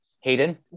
Hayden